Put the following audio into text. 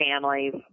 families